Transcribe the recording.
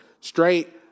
Straight